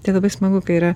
tai labai smagu kai yra